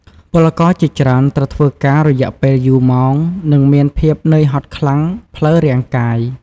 ពលករជាច្រើនត្រូវធ្វើការរយៈពេលយូរម៉ោងនិងមានភាពនឿយហត់ខ្លាំងផ្លូវរាងកាយ។